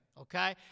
okay